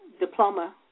diploma